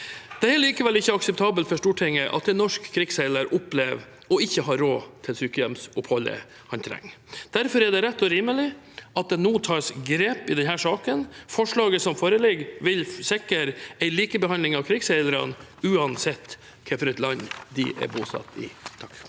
Det er likevel ikke akseptabelt for Stortinget at en norsk krigsseiler opplever ikke å ha råd til sykehjemsoppholdet han trenger. Derfor er det rett og rimelig at det nå tas grep i denne saken. Forslaget som foreligger, vil sikre en likebehandling av krigsseilerne, uansett hvilket land de er bosatt i. Tor